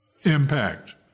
impact